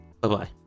Bye-bye